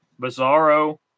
Bizarro